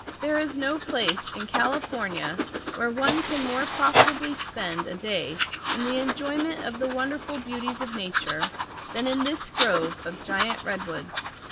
there is no place in california where one can more profitably spend a day in the enjoyment of the wonderful beauties of nature than in this grove of giant redwoods.